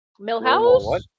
Millhouse